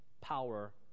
Power